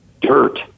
Dirt